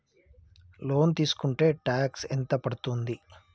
Loan తీస్కుంటే tax ఎంత పడ్తుంది?